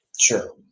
Sure